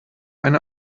eine